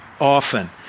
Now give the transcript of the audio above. often